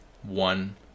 one